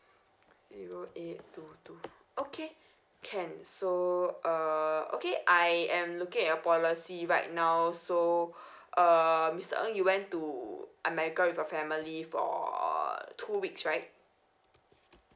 zero eight two two okay can so uh okay I am looking at your policy right now so uh mister ng you went to america with your family for two weeks right